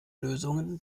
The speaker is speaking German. lösungen